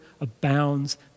abounds